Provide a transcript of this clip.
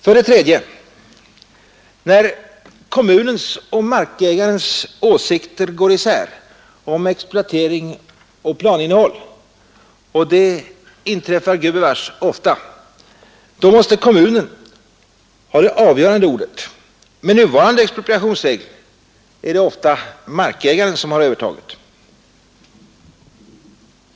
För det tredje måste kommunen, när kommunens och markägarens åsikter går isär om exploatering och planinnehåll — och det inträffar gubevars ofta — ha det avgörande ordet. Med nuvarande expropriationsregler är det ofta markägaren som har övertaget.